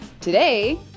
Today